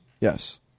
Yes